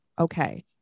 Okay